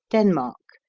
denmark,